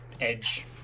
edge